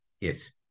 Yes